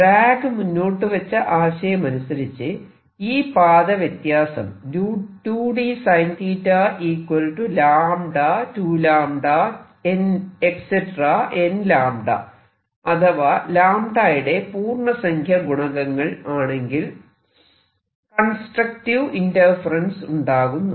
Bragg മുന്നോട്ടു വെച്ച ആശയമനുസരിച്ച് ഈ പാത വ്യത്യാസം 2dSinθ 𝜆 2𝜆 n𝜆 അഥവാ 𝜆 യുടെ പൂർണസംഖ്യ ഗുണകങ്ങൾ ആണെങ്കിൽ കൺസ്ട്രക്റ്റീവ് ഇന്റർഫെറെൻസ് ഉണ്ടാകുന്നു